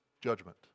judgment